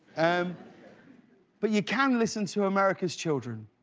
um but you can listen to america's children.